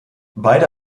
beide